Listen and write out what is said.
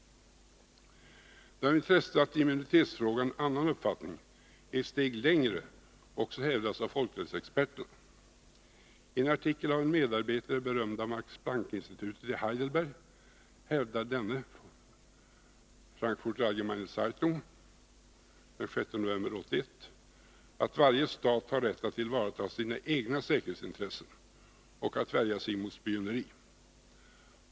Det är av intresse att iimmunitetsfrågan en annan uppfattning — som går ett steg längre — också hävdas av folkrättsexperterna. I en artikel av en medarbetare vid det berömda Max-Planck-Institutet i Heidelberg hävdar denne — i Frankfurter Allgemeine Zeitung den 6 november 1981 — att varje stat har rätt att tillvarata sina egna säkerhetsintressen och att värja sig mot spioneri.